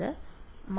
വിദ്യാർത്ഥി − 4j